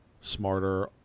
smarter